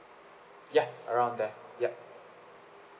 ya around there yup